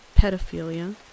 pedophilia